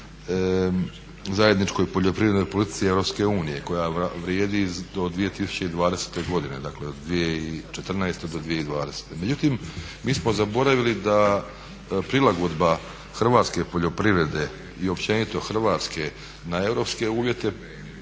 zajedničkoj poljoprivrednoj politici EU koja vrijedi do 2020. godine. Dakle, od 2014. do 2020. Međutim, mi smo zaboravili da prilagodba hrvatske poljoprivrede i općenito Hrvatske na europske uvjete